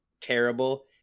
terrible